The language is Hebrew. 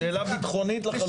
שאלה ביטחונית לחלוטין.